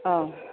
औ